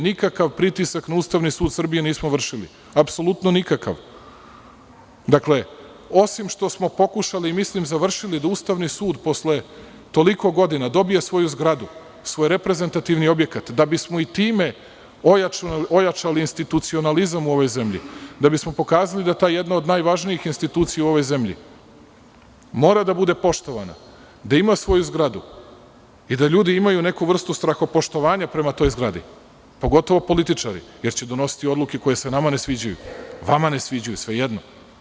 Nikakav pritisak na Ustavni sud Srbije nismo vršili, apsolutno nikakav, osim što smo pokušali i mislim završili da Ustavni sud posle toliko godina dobije svoju zgradu, svoj reprezentativni objekat, da bismo i time ojačali institucionalizam u ovoj zemlji, da bismo pokazali da ta jedna od najvažnijih institucija u ovoj zemlji mora da bude poštovana, da ima svoju zgradu i da ljudi imaju neku vrstu strahopoštovanja prema toj zgradi, pogotovo političari, jer će donositi odluke koje se nama ne sviđaju, vama ne sviđaju, svejedno.